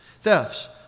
thefts